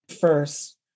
first